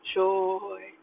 joy